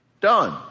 done